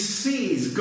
sees